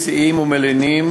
מסיעים ומלינים